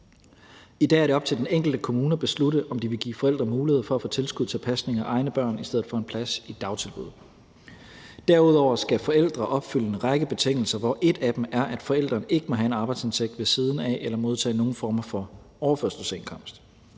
I dag er det op til den enkelte kommune at beslutte, om de vil give forældre mulighed for at få tilskud til pasning af egne børn i stedet for en plads i dagtilbud. Derudover skal forældre opfylde en række betingelser, hvor en af dem er, at forældre ikke må have en arbejdsindtægt ved siden af eller modtage nogen former for overførselsindkomst.